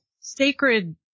sacred